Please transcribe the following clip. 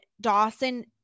Dawson